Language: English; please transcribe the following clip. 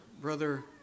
Brother